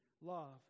love